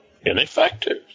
ineffective